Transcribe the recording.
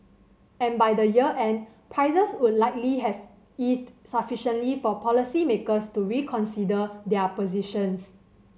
and by the year end prices would likely have eased sufficiently for policymakers to reconsider their positions